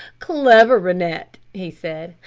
clever, rennett! he said.